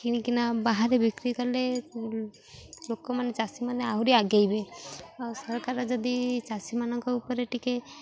କିଣିକିନା ବାହାରେ ବିକ୍ରି କଲେ ଲୋକମାନେ ଚାଷୀମାନେ ଆହୁରି ଆଗେଇବେ ଆଉ ସରକାର ଯଦି ଚାଷୀମାନଙ୍କ ଉପରେ ଟିକେ